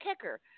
kicker